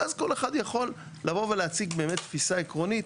ואז כל אחד יכול לבוא ולהציג באמת תפיסה עקרונית,